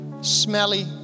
smelly